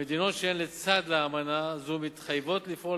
המדינות שהן צד לאמנה זו מתחייבות לפעול